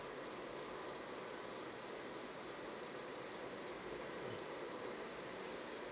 mm